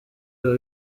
biba